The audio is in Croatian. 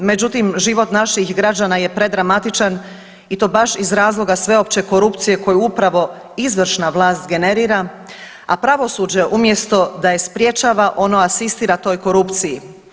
Međutim, život naših građana je predramatičan i to baš iz razloga sveopće korupcije koju upravo izvršna vlast generira, a pravosuđe umjesto da je sprječava ono asistira toj korupciji.